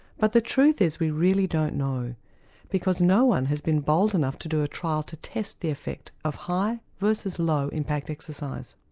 but the truth is we really don't know because no one has been bold enough to do a trial to test the effect of high versus low impact exercise.